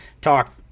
talk